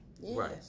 Right